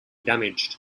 damaged